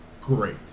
great